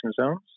zones